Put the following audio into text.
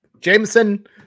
Jameson